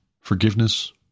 forgiveness